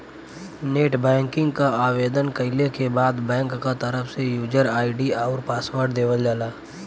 net banking क आवेदन कइले के बाद बैंक क तरफ से यूजर आई.डी आउर पासवर्ड देवल जाला